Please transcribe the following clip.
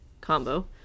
combo